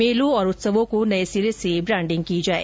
मेलों और उत्सवों की नए सिरे से ब्रांडिंग की जाए